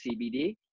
CBD